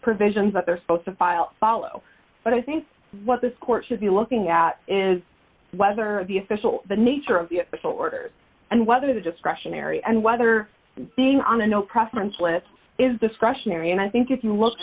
provisions that they're supposed to file follow but i think what this court should be looking at is whether the official the nature of your orders and whether the discretionary and whether being on the no preference limits is discretionary and i think if you look